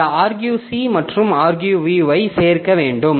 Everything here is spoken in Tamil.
அந்த argc மற்றும் agrv ஐ சேர்க்க வேண்டும்